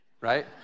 right